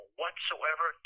whatsoever